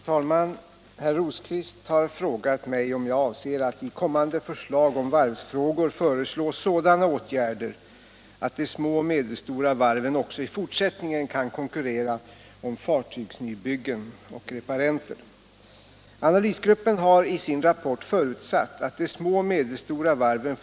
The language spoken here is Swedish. Varvsanalysgruppens förslag skulle på flera områden kraftigt ändra konkurrensneutraliteten på varvsmarknaden inom landet. De små och 175 medelstora varven som ej direkt berörts av analysgruppen får förutsättningarna för sin verksamhet väsentligt förändrade till det sämre. De anställda vid de små och medelstora varven hyser därför nu en stark oro för sina arbetsplatser och den framtida sysselsättningen.